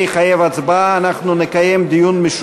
זה יחייב הצבעה.